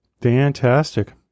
Fantastic